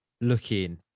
looking